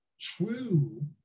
true